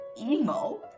emo